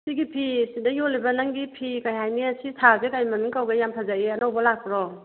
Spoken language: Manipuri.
ꯁꯤꯒꯤ ꯐꯤ ꯁꯤꯗ ꯌꯣꯜꯂꯤꯕ ꯅꯪꯒꯤ ꯐꯤ ꯀꯔꯤ ꯍꯥꯏꯅꯤ ꯁꯤ ꯁꯥꯜꯁꯦ ꯀꯔꯤ ꯃꯃꯤꯡ ꯀꯧꯒꯦ ꯌꯥꯝ ꯐꯖꯩꯑꯦ ꯑꯅꯧꯕ ꯂꯥꯛꯄ꯭ꯔꯣ